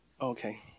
Okay